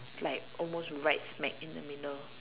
like almost right smack in the middle